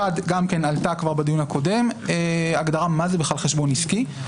אחת מהן גם עלתה כבר בדיון הקודם והיא הגדרה מה זה בכלל חשבון עסקי.